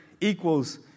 equals